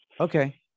Okay